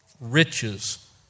riches